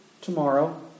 tomorrow